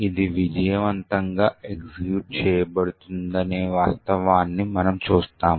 ఇది విజయవంతంగా ఎగ్జిక్యూట్ చేయబడుతుందనే వాస్తవాన్ని మనము చూస్తాము